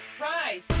Rise